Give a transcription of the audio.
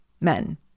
Men